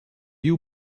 you